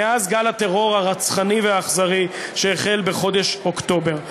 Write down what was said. מאז גל הטרור הרצחני והאכזרי שהחל בחודש אוקטובר.